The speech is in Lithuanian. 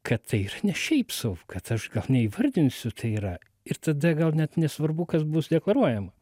kad tai yra ne šiaip sau kad aš gal neįvardinsiu tai yra ir tada gal net nesvarbu kas bus deklaruojama